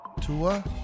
Tua